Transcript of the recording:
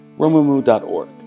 RomuMu.org